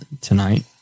tonight